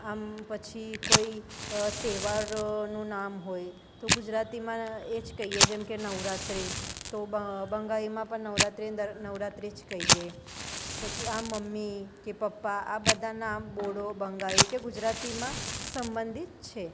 આમ પછી કોઈ તહેવારનું નામ હોય તો ગુજરાતીમાં એ જ કહીએ જેમ કે નવરાત્રી તો બંગાળીમાં પણ નવરાત્રી ન દર નવરાત્રી જ કહીએ પછી આમ મમ્મી કે પપ્પા આ બધાં નામ બોડો બંગાળી કે ગુજરાતીમાં સંબંધિત છે